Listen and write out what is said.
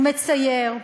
הוא מצייר,